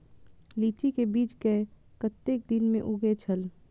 लीची के बीज कै कतेक दिन में उगे छल?